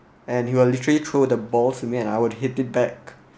and he'll literally throw the ball to me and I would head it back